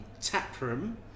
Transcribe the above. taproom